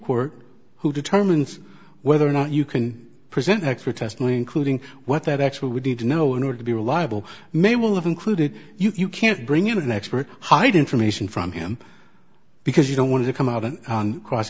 court who determines whether or not you can present expert testimony including what that actually would need to know in order to be reliable may well have included you can't bring in an expert hide information from him because you don't want to come out on cross